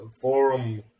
forum